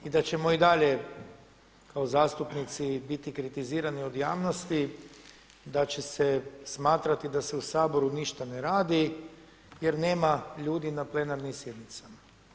I da ćemo i dalje kao zastupnici biti kritizirani od javnosti, da će se smatrati da se u Saboru ništa ne radi jer nema ljudi na plenarnim sjednicama.